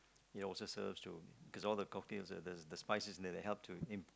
ya also serves to cause all the cocktails the spices are help to imp~